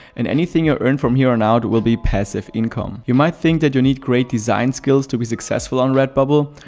and anything you earn from here on out will be passive income. you might think that you need great design skills to be successful on redbubble,